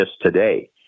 today